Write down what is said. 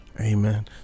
Amen